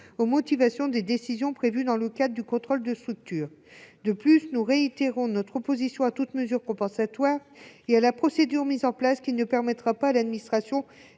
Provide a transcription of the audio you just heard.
aux motivations des décisions prévues dans le cadre du contrôle de structure. De plus, nous réitérons notre opposition à toute mesure compensatoire et à la procédure mise en place, qui ne permettra pas à l'administration